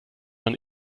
man